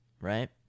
right